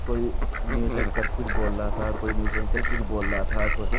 کوئی news anchor کچھ بول رہا تھا کوئی نیوز اینکر کچھ بول رہا تھا